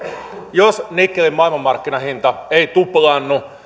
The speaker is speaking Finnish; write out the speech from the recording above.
jos nikkelin maailmanmarkkinahinta ei tuplaannu